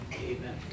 Amen